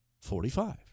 Forty-five